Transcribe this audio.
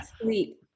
sleep